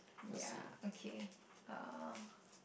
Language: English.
ya okay uh